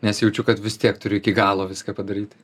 nes jaučiu kad vis tiek turiu iki galo viską padaryt